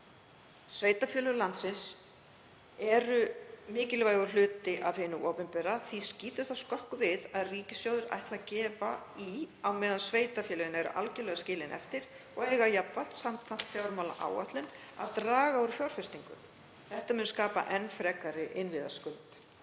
Sveitarfélög landsins eru mikilvægur hluti af hinu opinbera. Því skýtur það skökku við að ríkissjóður ætli að gefa í á meðan sveitarfélögin eru algjörlega skilin eftir og eiga jafnvel samkvæmt fjármálaáætlun að draga úr fjárfestingu. Þetta mun skapa enn frekari innviðaskuld.